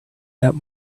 that